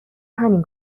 همین